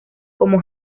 como